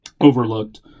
overlooked